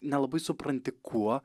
nelabai supranti kuo